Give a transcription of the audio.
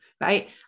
right